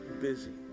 busy